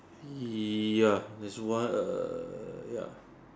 ya there's one err ya